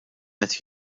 qed